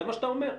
זה מה שאתה אומר.